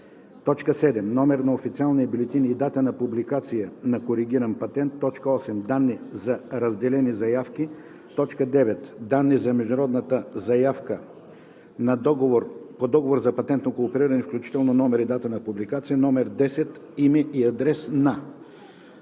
7. номер на официалния бюлетин и дата на публикация на коригиран патент; 8. данни за разделени заявки; 9. данни за международната заявка по Договор за патентно коопериране, включително номер и дата на публикация; 10. име и адрес на: